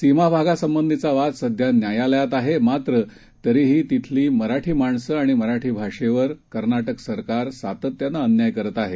सीमाभागासंबंधीचावादसध्यान्यायालयातआहे मात्रतरीहीतिथलीमराठीमाणसंआणिमराठीभाषेवरकर्नाटकसरकारसातत्यानंअन्यायकरतआहे